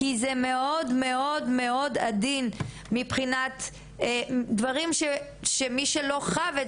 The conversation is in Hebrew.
כי זה מאוד מאוד עדין מבחינת דברים שמי שלא חווה את